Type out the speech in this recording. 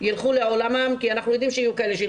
כמה שנים פרסתם, שבע?